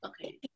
Okay